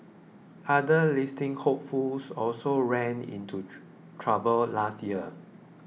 other listing hopefuls also ran into trouble last year